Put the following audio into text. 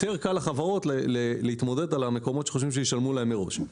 יותר קל לחברות להתמודד עלה מקומות שחושבים שישלמו להם מראש.